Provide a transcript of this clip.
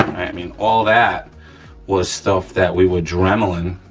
i mean all that was stuff that we were dremelin',